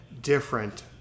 different